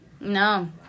No